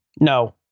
No